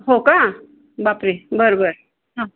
हो का बापरे बरं बरं हां